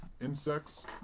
insects